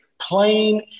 plain